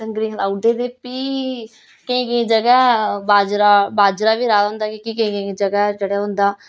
डंगरें गी खलाऊ उड़दे फ्ही केईं केईं जगह् बाजरा बाजरा बी राहे दा होंदा कि केईं केईं जगह् जेह्ड़ा होंदा